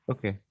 Okay